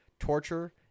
torture